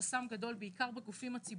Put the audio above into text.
כי זה חסם גדול בעיקר בגופים הציבוריים.